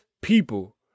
people